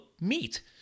meat